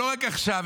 לא רק עכשיו,